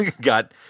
Got